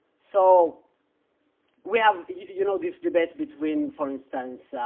so we have you know this debate between, for instance,